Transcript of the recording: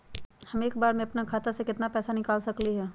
हम एक बार में अपना खाता से केतना पैसा निकाल सकली ह?